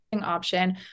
option